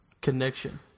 Connection